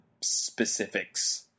specifics